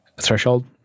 threshold